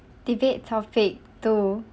debate topic two